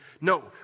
No